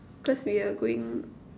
cause we are going